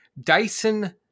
Dyson